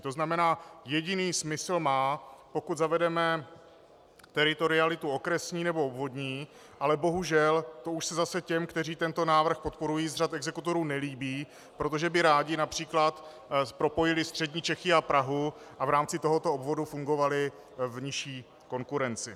To znamená, jediný smysl má, pokud zavedeme teritorialitu okresní nebo obvodní, ale bohužel to už se zase těm, kteří tento návrh podporují z řad exekutorů, nelíbí, protože by rádi například propojili střední Čechy a Prahu a v rámci tohoto obvodu fungovali v nižší konkurenci.